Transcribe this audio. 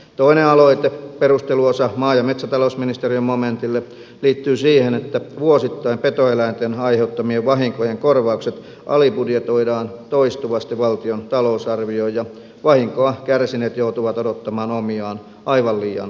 toinen aloite perusteluosa maa ja metsätalousministeriön momentille liittyy siihen että vuosittain petoeläinten aiheuttamien vahinkojen korvaukset alibudjetoidaan toistuvasti valtion talousarvioon ja vahinkoa kärsineet joutuvat odottamaan omiaan aivan liian kauan